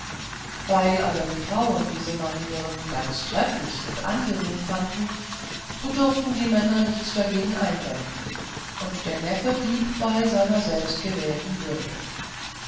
weil aber die frauen diese manieren ganz trefflich und angenehm fanden so durften die männer nichts dagegen einwenden und der neffe blieb bei seiner selbstgewählten würde